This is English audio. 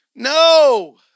No